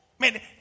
Man